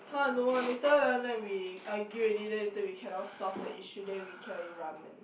[huh] don't want later down there we argue already then later we cannot solve the issue then we cannot eat ramen